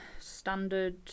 Standard